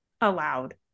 allowed